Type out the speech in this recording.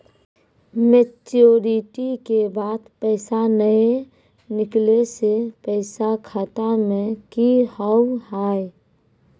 Maturity के बाद पैसा नए निकले से पैसा खाता मे की होव हाय?